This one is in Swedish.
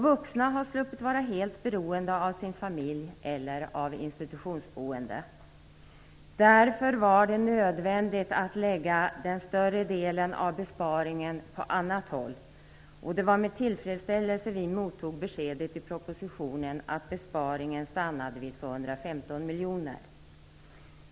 Vuxna har sluppit vara helt beroende av sina familjer eller av institutionsboende. Därför var det nödvändigt att lägga den större delen av besparingen på annat håll, och det var med tillfredsställelse vi mottog beskedet i propositionen att besparingen stannade vid 215 miljoner kronor.